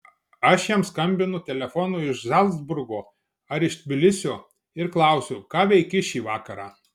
aš jam skambinu telefonu iš zalcburgo ar iš tbilisio ir klausiu ką veiki šį vakarą